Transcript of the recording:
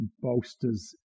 bolsters